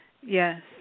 Yes